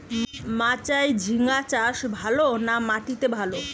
মাচায় ঝিঙ্গা চাষ ভালো না মাটিতে ভালো?